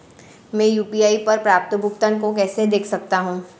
मैं यू.पी.आई पर प्राप्त भुगतान को कैसे देख सकता हूं?